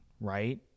right